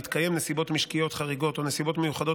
בהתקיים נסיבות משקיות חריגות או נסיבות מיוחדות